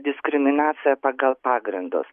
diskriminaciją pagal pagrindus